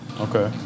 Okay